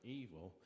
evil